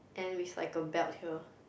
and with like a belt here